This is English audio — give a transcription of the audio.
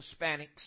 Hispanics